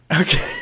Okay